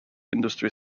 industry